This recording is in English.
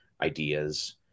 ideas